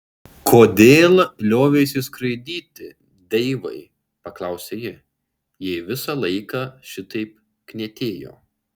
kodėl lioveisi skraidyti deivai paklausė ji jei visą laiką šitaip knietėjo